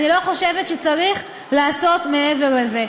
אני לא חושבת שצריך לעשות מעבר לזה.